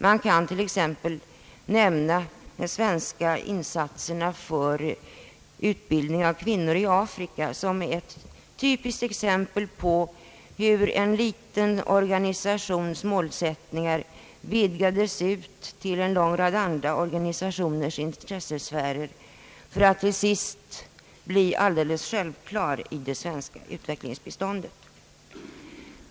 Man kan t.ex. nämna de svenska insatserna för utbildning av kvinnor i Afrika såsom ett typiskt exempel på hur en liten organisations målsättningar utvidgats till en lång rad andra organisationers intressesfärer, för att till sist bli alldeles självklara i det svenska utvecklingsbiståndet.